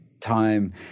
time